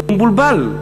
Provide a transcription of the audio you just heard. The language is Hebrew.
הוא מבולבל,